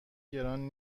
گران